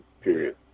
period